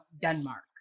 Denmark